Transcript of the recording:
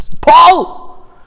Paul